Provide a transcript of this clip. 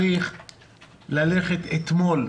אתמול היה צריך לעשות את זה,